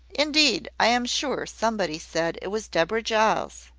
indeed i am sure somebody said it was deborah giles.